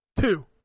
Two